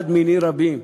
אחד מני רבים,